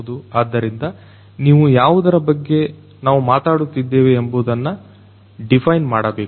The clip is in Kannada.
ಆದ್ದರಿಂದ ನೀವು ಯಾವುದರ ಬಗ್ಗೆ ನಾವು ಮಾತನಾಡುತ್ತಿದ್ದೇವೆ ಎನ್ನುವುದನ್ನು ಡಿಫೈನ್ ಮಾಡಬೇಕು